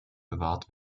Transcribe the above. bewahrt